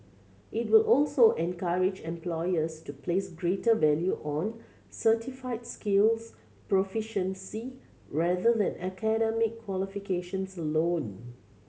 it will also encourage employers to place greater value on certified skills proficiency rather than academic qualifications alone